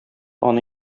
аны